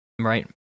right